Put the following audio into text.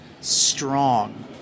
strong